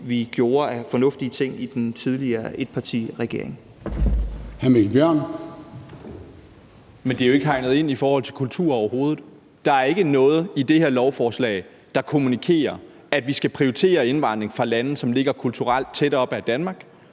Mikkel Bjørn. Kl. 13:08 Mikkel Bjørn (DF): Men det er jo ikke hegnet ind i forhold til kultur, overhovedet. Der er ikke noget i det her lovforslag, der kommunikerer, at vi skal prioritere indvandring fra lande, der kulturelt ligger tæt op ad Danmark,